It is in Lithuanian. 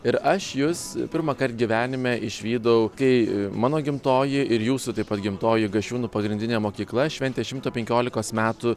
ir aš jus pirmąkart gyvenime išvydau kai mano gimtoji ir jūsų taip pat gimtoji gasčiūnų pagrindinė mokykla šventė šimto penkiolikos metų